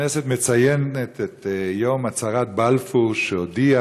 הכנסת מציינת את יום הצהרת בלפור, שהודיע